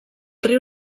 riu